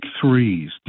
threes